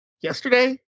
Yesterday